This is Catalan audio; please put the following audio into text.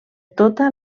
tota